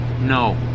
no